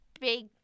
big